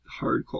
hardcore